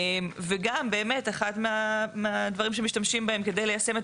אחד מהדברים שמשתמשים בהם כדי ליישם את